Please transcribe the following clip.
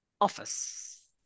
office